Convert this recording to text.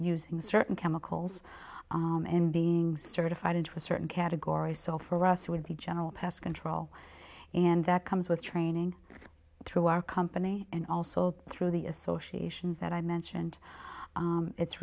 using certain chemicals and being certified into a certain category so for us it would be general pass control and that comes with training through our company and also through the associations that i mentioned it's